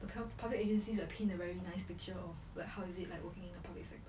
pub~ public agencies are paint a very nice picture of like how is it like working in the public sector